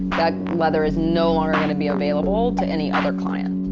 that leather is no longer gonna be available to any other client.